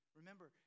Remember